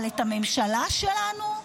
אבל את הממשלה שלנו,